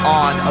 on